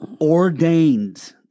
ordained